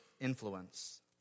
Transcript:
influence